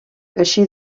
així